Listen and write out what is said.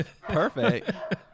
perfect